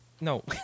No